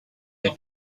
had